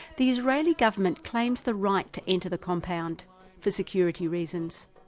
the israeli government claims the right to enter the compound for security reasons.